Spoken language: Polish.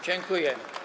Dziękuję.